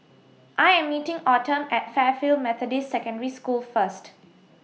I Am meeting Autumn At Fairfield Methodist Secondary School First